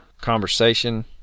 conversation